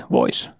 voice